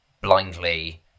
blindly